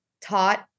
taught